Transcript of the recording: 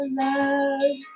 love